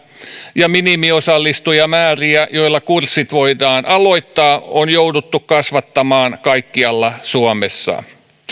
ja minimiosallistujamääriä joilla kurssit voidaan aloittaa on jouduttu kasvattamaan kaikkialla suomessa